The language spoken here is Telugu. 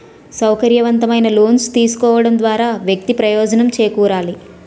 సౌకర్యవంతమైన లోన్స్ తీసుకోవడం ద్వారా వ్యక్తి ప్రయోజనం చేకూరాలి